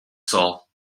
sol